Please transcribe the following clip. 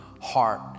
heart